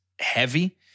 heavy